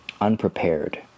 unprepared